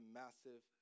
massive